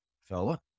fella